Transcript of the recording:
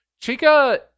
Chica